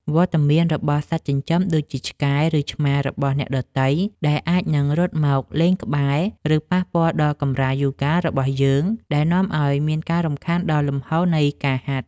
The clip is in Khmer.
វត្តមានរបស់សត្វចិញ្ចឹមដូចជា ឆ្កែ ឬឆ្មារបស់អ្នកដទៃ ដែលអាចនឹងរត់មកលេងក្បែរ ឬប៉ះពាល់ដល់កម្រាលយូហ្គារបស់យើង ដែលនាំឱ្យមានការរំខានដល់លំហូរនៃការហាត់។